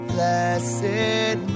Blessed